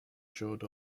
showed